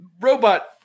robot